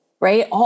Right